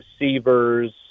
receivers